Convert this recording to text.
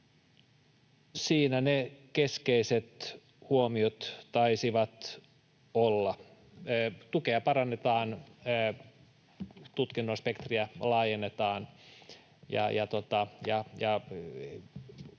Siinä ne keskeiset huomiot taisivat olla. Tukea parannetaan. Tutkinnon spektriä laajennetaan ja